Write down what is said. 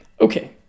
Okay